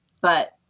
But-